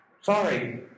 Sorry